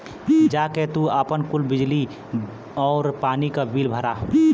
जा के तू आपन कुल बिजली आउर पानी क बिल भरा